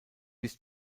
bis